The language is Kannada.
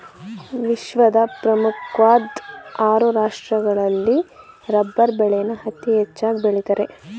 ವಿಶ್ವದ ಪ್ರಮುಖ್ವಾಧ್ ಆರು ರಾಷ್ಟ್ರಗಳಲ್ಲಿ ರಬ್ಬರ್ ಬೆಳೆನ ಅತೀ ಹೆಚ್ಚಾಗ್ ಬೆಳಿತಾರೆ